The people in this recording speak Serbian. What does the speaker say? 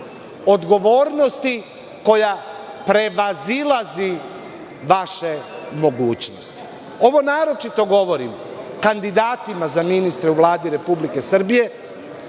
odgovornosti koja prevazilazi vaše mogućnosti. Ovo naročito govorim kandidatima za ministre u Vladi Republike Srbije,